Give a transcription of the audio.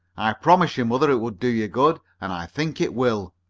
i promised your mother it would do you good, and i think it will.